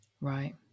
Right